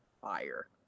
fire